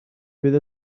bydd